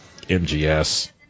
MGS